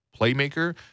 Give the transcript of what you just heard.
playmaker